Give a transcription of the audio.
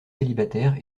célibataires